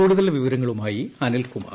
കൂടുതൽ വിവരങ്ങളുമായി അനിൽകുമാർ